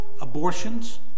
abortions